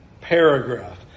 paragraph